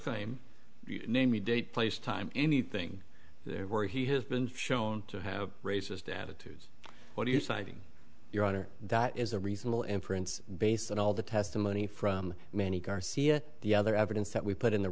just name a date place time anything where he has been shown to have racist attitudes what are you citing your honor that is a reasonable inference based on all the testimony from many garcia the other evidence that we put in the